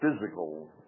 physical